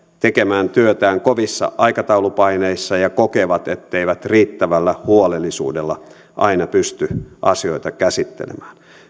tekemään työtään kovissa aikataulupaineissa ja kokevat etteivät riittävällä huolellisuudella aina pysty asioita käsittelemään